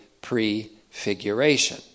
prefiguration